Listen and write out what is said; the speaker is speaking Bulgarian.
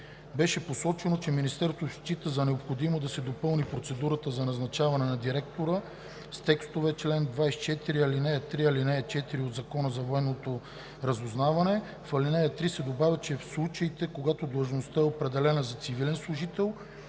Беше посочено, че Министерството счита за необходимо да се допълни процедурата за назначаване на директора с текстове в чл. 24, ал. 3 и ал. 4 от Закона за военното разузнаване. В алинея 3 да се добави, че „в случаите, когато длъжността е определена за цивилен служител,